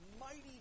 mighty